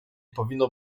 powinno